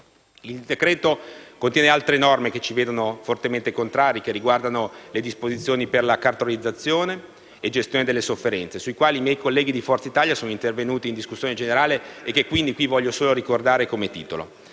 Il decreto-legge contiene altre norme che ci vedono fortemente contrari che riguardano le disposizioni per la cartolarizzazione e gestione delle sofferenze, sui quali i miei colleghi di Forza Italia sono intervenuti in discussione generale e che quindi qui voglio solo ricordare come titolo.